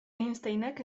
einsteinek